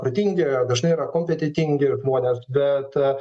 protingi dažnai yra kompetentingi žmonės bet